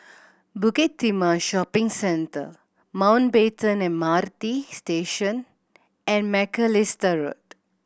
Bukit Timah Shopping Centre Mountbatten M R T Station and Macalister Road